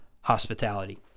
hospitality